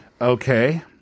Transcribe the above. Okay